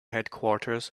headquarters